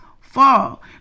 fall